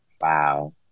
wow